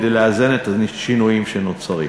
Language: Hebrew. כדי לאזן את השינויים שנוצרים.